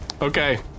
Okay